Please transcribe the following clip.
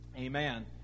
Amen